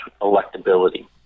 electability